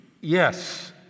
Yes